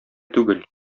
түгел